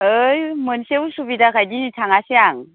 है मोनसे उसुबिदाखाय दिनै थाङासै आं